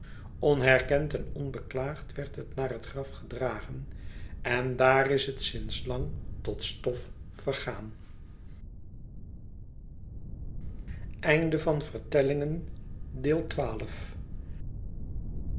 onherkend en onbeklaagd werd het naar het graf gedragen en daar is het sinds lang tot stof vergaan